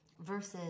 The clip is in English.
versus